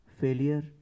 failure